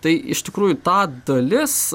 tai iš tikrųjų tą dalis